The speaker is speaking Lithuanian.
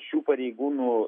šių pareigūnų